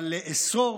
אבל לאסור,